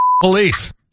police